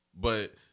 But-